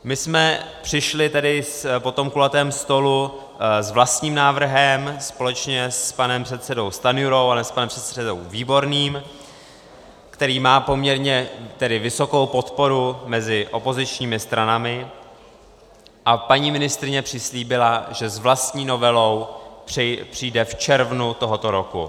My jsme přišli tedy po tom kulatém stolu s vlastním návrhem společně s panem předsedou Stanjurou a s panem předsedou Výborným, který má poměrně vysokou podporu mezi opozičními stranami, a paní ministryně přislíbila, že s vlastní novelou přijde v červnu tohoto roku.